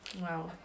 wow